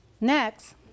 Next